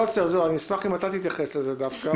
אשמח אם אריאל יוצר יתייחס לכך.